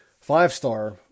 five-star